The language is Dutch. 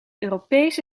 europese